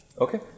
Okay